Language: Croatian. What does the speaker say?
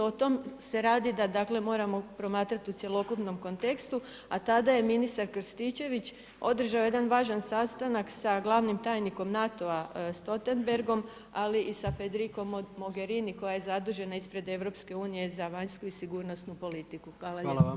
O tom se radi da, dakle moramo promatrati u cjelokupnom kontekstu, a tada je ministar Krstičević održao jedan važan sastanak sa glavnim tajnikom NATO-a Stoltenbergom ali i sa Federicom Mogherini koja je zadužena ispred EU za vanjsku i sigurnosnu politiku.